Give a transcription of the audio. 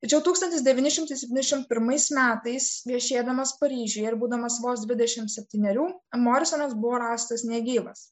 tačiau tūkstantis devyni šimtai septyniasdešimt pirmais metais viešėdamas paryžiuje ir būdamas vos dvidešimt septynerių morisonas buvo rastas negyvas